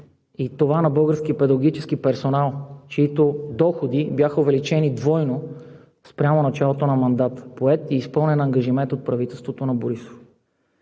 и това на българския педагогически персонал, чийто доходи бяха увеличени двойно спрямо началото на мандата. Поет и изпълнен ангажимент от правителството на Борисов.